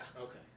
Okay